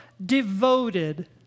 devoted